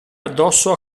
addosso